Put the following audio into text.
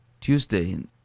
Tuesday